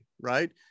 right